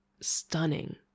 stunning